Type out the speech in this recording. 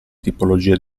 tipologie